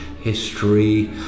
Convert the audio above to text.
history